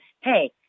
hey